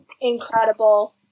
incredible